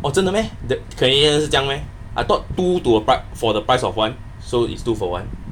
oh 真的 meh the canadian 是这样 meh I thought two to for the price of one so it's two for one